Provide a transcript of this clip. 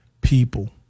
people